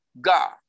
God